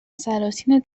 سلاطین